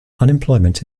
unemployment